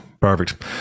perfect